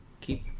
keep